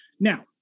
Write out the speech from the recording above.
Now